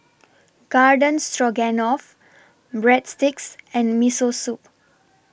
Garden Stroganoff Breadsticks and Miso Soup